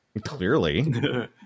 Clearly